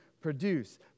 produce